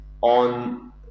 on